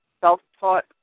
self-taught